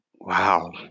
wow